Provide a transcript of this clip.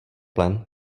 plen